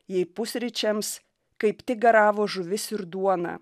jei pusryčiams kaip tik garavo žuvis ir duona